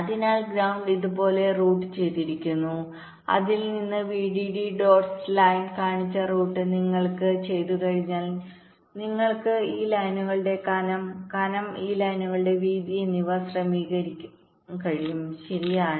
അതിനാൽ ഗ്രൌണ്ട് ഇതുപോലെ റൂട്ട് ചെയ്തിരിക്കുന്നു അതിൽ നിന്ന് VDD ഡോട്ട്ഡ് ലൈൻകാണിച്ച റൂട്ട് VDD നിങ്ങൾ ഇത് ചെയ്തുകഴിഞ്ഞാൽ നിങ്ങൾക്ക് ഈ ലൈനുകളുടെ കനം കനം ഈ ലൈനുകളുടെ വീതി എന്നിവ ക്രമീകരിക്കാൻ കഴിയും ശരിയാണ്